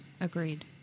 Agreed